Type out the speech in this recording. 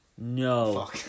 No